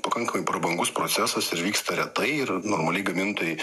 pakankamai prabangus procesas ir vyksta retai ir normaliai gamintojai